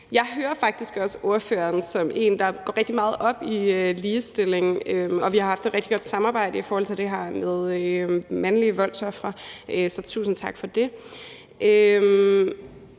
Jeg hører faktisk også ordføreren som en, der går rigtig meget op i ligestilling, og vi har haft et rigtig godt samarbejde i forhold til det her med mandlige voldsofre. Så tusind tak for det.